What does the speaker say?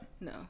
No